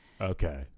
Okay